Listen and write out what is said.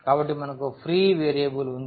కాబట్టి మనకు free variable ఉంది